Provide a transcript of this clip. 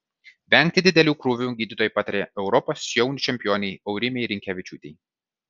vengti didelių krūvių gydytojai patarė europos jaunių čempionei aurimei rinkevičiūtei